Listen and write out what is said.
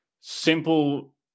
simple